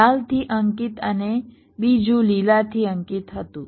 લાલથી અંકિત અને બીજું લીલાથી અંકિત હતું